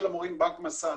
הבנק של המורים.